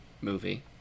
movie